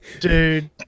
Dude